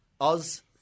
Oz